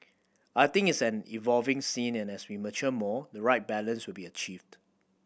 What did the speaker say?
I think it's an evolving scene and as we mature more the right balance will be achieved